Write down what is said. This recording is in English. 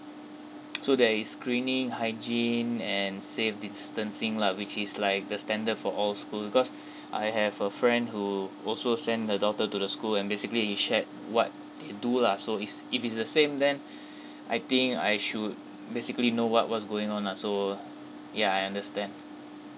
so there is screening hygiene and safe distancing lah which is like the standard for all schools because I have a friend who also send the daughter to the school and basically he shared what he do lah so it's it is the same then I think I should basically know what what's going on lah so ya I understand